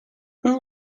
who